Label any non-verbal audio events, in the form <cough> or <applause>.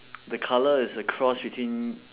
<noise> the colour is a cross between